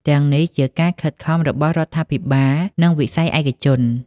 ទាំងនេះជាការខិតខំរបស់រដ្ឋាភិបាលនិងវិស័យឯកជន។